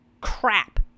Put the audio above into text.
crap